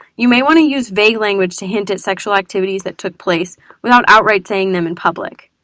you may want to use vague language to hint a sexual activities that took place without outright saying them in public.